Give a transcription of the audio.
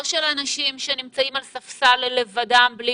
לא של אנשים שנמצאים על ספסל לבדם בלי